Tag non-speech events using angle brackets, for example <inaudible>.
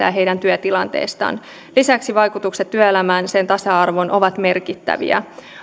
<unintelligible> ja heidän työtilanteestaan lisäksi vaikutukset työelämään sen tasa arvoon ovat merkittäviä